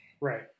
Right